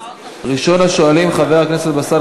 ראשון השואלים, חבר הכנסת באסל